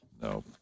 No